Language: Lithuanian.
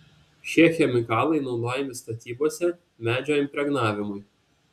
šie chemikalai naudojami statybose medžio impregnavimui